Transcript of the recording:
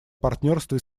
партнерство